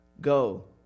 Go